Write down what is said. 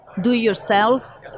do-yourself